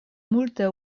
multe